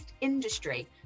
industry